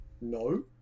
no